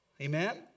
Amen